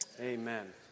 Amen